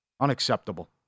unacceptable